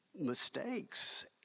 mistakes